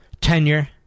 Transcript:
Tenure